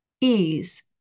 ease